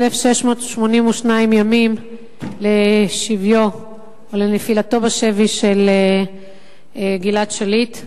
1,682 ימים לשביו או לנפילתו בשבי של גלעד שליט.